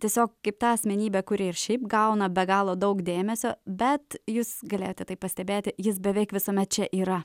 tiesiog kaip ta asmenybė kuri ir šiaip gauna be galo daug dėmesio bet jūs galėjote tai pastebėti jis beveik visame čia yra